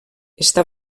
està